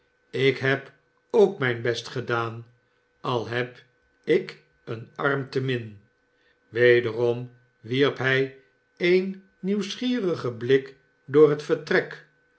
ik heb ook mijn best gedaan al heb ik een arm te min wederom wierp hij een nieuwsgierigen blik door het vertrek